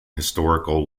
historical